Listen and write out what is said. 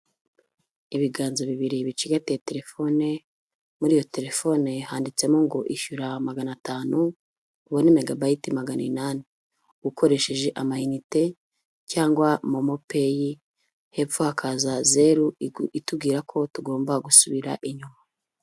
Ibiganza bibiri bicigatiye telefone muri iyo telefone handitsemo ngo ishyura 500 ubone megabayiti amayinite momopeyi hepfo hakaza 0 itubwira ko tugomba gusubira inyuma.